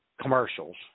commercials